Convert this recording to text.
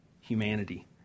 humanity